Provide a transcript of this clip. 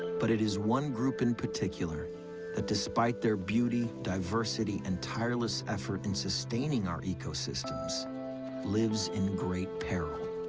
but it is one group in particular that despite their beauty, diversity and tireless effort in sustaining our ecosystems lives in great peril.